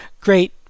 great